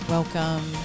Welcome